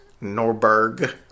Norberg